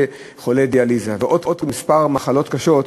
וחולי דיאליזה ועוד כמה מחלות קשות,